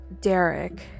Derek